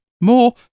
More